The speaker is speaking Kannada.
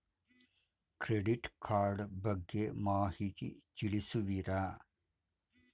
ಕ್ರೆಡಿಟ್ ಕಾರ್ಡ್ ಬಗ್ಗೆ ಮಾಹಿತಿ ತಿಳಿಸುವಿರಾ?